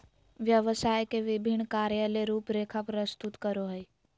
व्यवसाय के विभिन्न कार्य ले रूपरेखा प्रस्तुत करो हइ